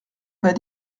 pas